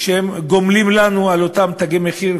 שגומלים לנו על אותם "תגי מחיר",